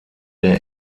der